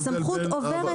הסמכות עוברת,